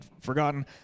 forgotten